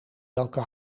welke